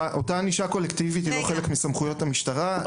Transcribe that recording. אותה ענישה קולקטיבית היא לא חלק מסמכויות המשטרה,